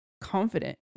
confident